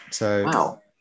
Wow